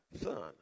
son